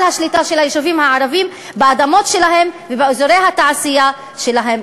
השליטה של היישובים הערביים באדמות שלהם ובאזורי התעשייה שלהם.